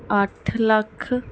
ਅੱਠ ਲੱਖ